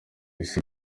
isi